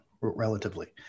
relatively